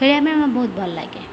ଖେଳିବା ପାଇଁ ଆମକୁ ବହୁତ ଭଲ ଲାଗେ